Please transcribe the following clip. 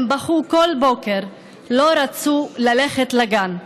הם בכו כל בוקר ולא רצו ללכת לגן.